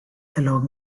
along